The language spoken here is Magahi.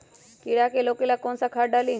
कीड़ा के रोक ला कौन सा खाद्य डाली?